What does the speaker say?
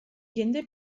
jende